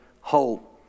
hope